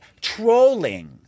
trolling